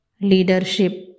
leadership